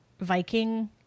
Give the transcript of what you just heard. Viking